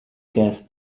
gas